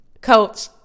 Coach